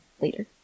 later